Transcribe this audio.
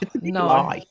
no